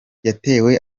yatewe